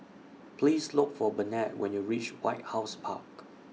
Please Look For Burnett when YOU REACH White House Park